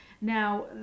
Now